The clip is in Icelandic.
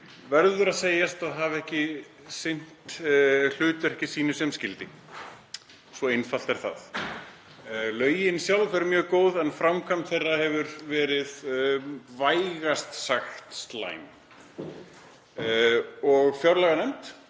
verður að segjast að hafa ekki sinnt hlutverki sínu sem skyldi. Svo einfalt er það. Lögin sjálf eru mjög góð en framkvæmd þeirra hefur verið vægast sagt slæm. Fjárlaganefnd